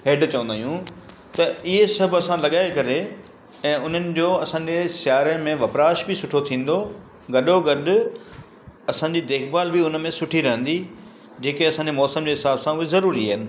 हेड चवंदा आहियूं त इहे सभु असां लॻाए करे ऐं उन्हनि जो असांजे सिआरे में वप्राश बि सुठो थींदो गॾो गॾु असांजी देखभाल बि उन में सुठी रहंदी जेके असांजे मौसम जे हिसाब सां उहा ज़रूरी आहिनि